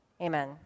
Amen